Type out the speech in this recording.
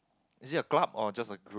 is it a club or just a group